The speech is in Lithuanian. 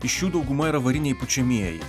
iš jų dauguma yra variniai pučiamieji